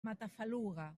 matafaluga